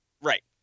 Right